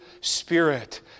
Spirit